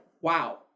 wow